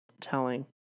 Telling